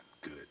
good